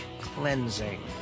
cleansing